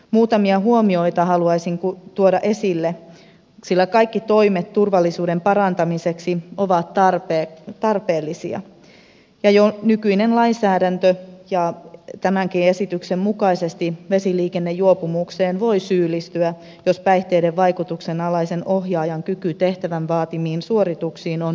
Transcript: muutamia huomioita haluaisin tuoda esille sillä kaikki toimet turvallisuuden parantamiseksi ovat tarpeellisia ja jo nykyisen lainsäädännön ja tämänkin esityksen mukaisesti vesiliikennejuopumukseen voi syyllistyä jos päihteiden vaikutuksen alaisen ohjaajan kyky tehtävän vaatimiin suorituksiin on huonontunut